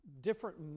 different